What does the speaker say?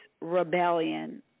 rebellion